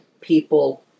people